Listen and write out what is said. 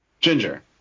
ginger